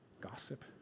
gossip